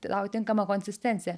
tau tinkamą konsistenciją